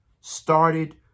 started